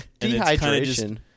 Dehydration